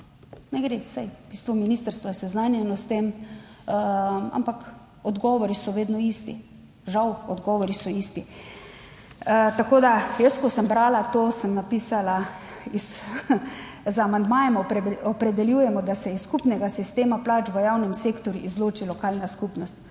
(nadaljevanje) ministrstvo je seznanjeno s tem, ampak odgovori so vedno isti, žal, odgovori so isti. Tako da jaz, ko sem brala to, "z amandmajem opredeljujemo, da se iz skupnega sistema plač v javnem sektorju izloči lokalna skupnost,"